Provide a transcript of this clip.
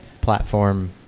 platform